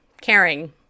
caring